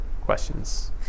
Questions